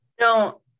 No